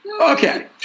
okay